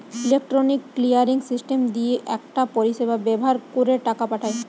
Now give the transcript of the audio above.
electronic clearing system দিয়ে একটা পরিষেবা ব্যাভার কোরে টাকা পাঠায়